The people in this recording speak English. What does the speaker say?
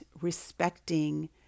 respecting